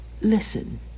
listen